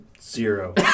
Zero